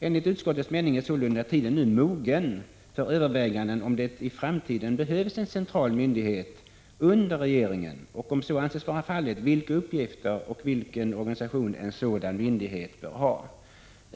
Enligt utskottets mening är sålunda tiden nu mogen för överväganden om det i framtiden behövs en central trafikmyndighet under regeringen och om så anses vara fallet vilka uppgifter och vilken organisation en sådan myndighet bör ha.